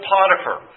Potiphar